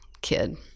kid